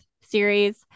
series